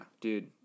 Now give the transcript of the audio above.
dude